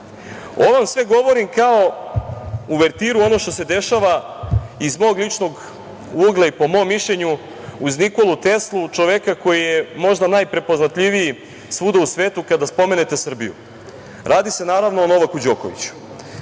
vam sve govorim kao uvertiru onoga što se dešava iz mog ličnog ugla i po mom mišljenju, uz Nikolu Teslu, čoveka koji je možda najprepoznatljiviji svuda u svetu kada spomenete Srbiju. Radi se naravno o Novaku Đokoviću. To